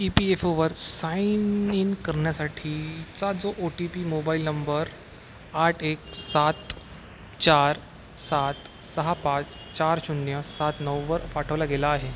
E P F ओवर sign in करण्यासाठीचा जो O T P mobile number आठ एक सात चार सात सहा पाच चार शून्य सात नऊवर पाठवला गेला आहे